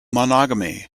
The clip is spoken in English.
monogamy